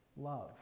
love